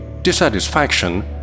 dissatisfaction